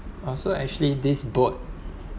oh so actually this boat